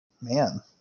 Man